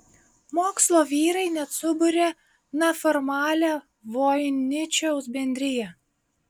mokslo vyrai net subūrė neformalią voiničiaus bendriją